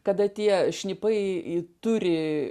kada tie šnipai turi